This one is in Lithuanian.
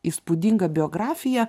įspūdinga biografija